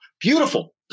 Beautiful